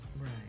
Right